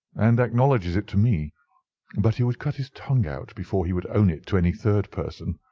and acknowledges it to me but he would cut his tongue out before he would own it to any third person.